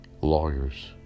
lawyers